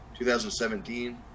2017